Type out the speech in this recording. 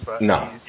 No